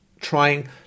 trying